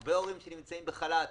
הרבה הורים שנמצאים בחל"ת,